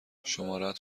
شمارهات